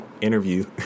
interview